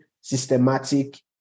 systematic